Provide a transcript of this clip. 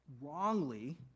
wrongly